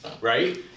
Right